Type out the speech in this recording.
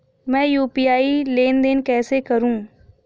मैं यू.पी.आई लेनदेन कैसे करूँ?